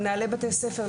למנהלי בתי ספר,